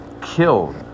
killed